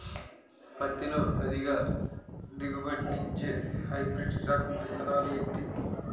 పత్తి లో అధిక దిగుబడి నిచ్చే హైబ్రిడ్ రకం విత్తనాలు ఏంటి